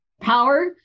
Power